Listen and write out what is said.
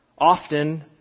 Often